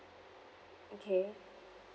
okay